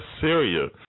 Syria